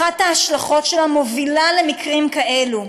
אחת ההשלכות שלה מובילה למקרים כאלה.